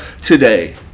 today